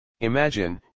Imagine